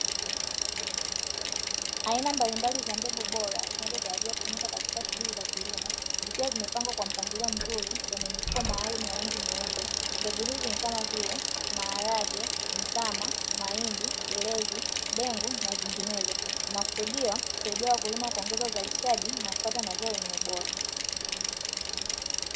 Aina mbalimbali za mbegu bora zinazotarajia kutumika katika shughuli za kilimo. Zikia zimepangwa kwa mpangilio mzuri kwenye mifuko maalum ya rangi nyeupe. Mbegu hizi ni kama vile maharage, mtama, mahindi, ulezi, dengu, na zinginezo. Inakusudiwa kusaidia wakulima kuongeza uzalishaji na kupata mazao yenye ubora.